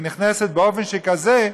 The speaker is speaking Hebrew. והיא נכנסת באופן שכזה,